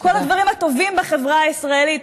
כל הדברים הטובים בחברה הישראלית,